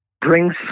brings